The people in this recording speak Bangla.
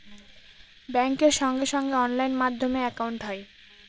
ব্যাঙ্কের সঙ্গে সঙ্গে অনলাইন মাধ্যমে একাউন্ট হয়